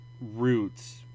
roots